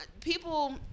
people